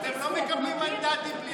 אתם לא מקבלים מנדטים בלי